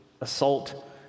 assault